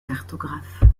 cartographe